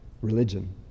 Religion